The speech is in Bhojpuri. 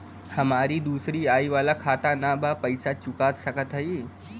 हमारी दूसरी आई वाला खाता ना बा पैसा चुका सकत हई?